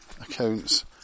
accounts